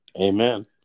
Amen